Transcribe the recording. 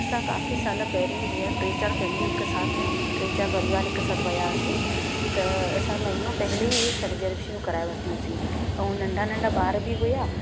असां काफ़ी साल पहिरियों जीअं टे चार फैमली हिकु साथ टे चार परिवार हिकु साथ वियासीं त असां महिनो पहले ई रिजर्वेशनूं कराए वरिती हुईसीं ऐं नंढा नंढा ॿार बि हुया